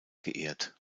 geehrt